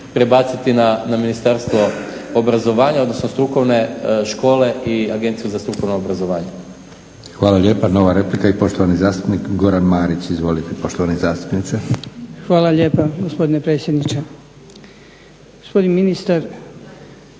prebaciti na Ministarstvo obrazovanja, odnosno strukovne škole i Agenciju za strukovno obrazovanje. **Leko, Josip (SDP)** Hvala lijepa. Nova replika i poštovani zastupnik Goran Marić. Izvolite poštovani zastupniče. **Marić, Goran (HDZ)** Hvala lijepa gospodine predsjedniče.